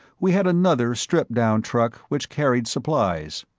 we had another stripped-down truck which carried supplies.